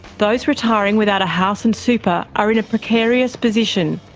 those retiring without a house and super are in a precarious position,